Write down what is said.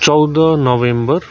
चौध नोभेम्बर